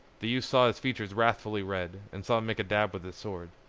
the youth saw his features wrathfully red, and saw him make a dab with his sword.